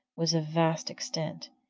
was of vast extent,